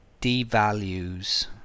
devalues